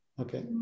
okay